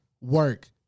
work